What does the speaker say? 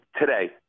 today